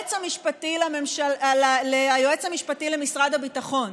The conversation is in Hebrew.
שהיועץ המשפטי של משרד הביטחון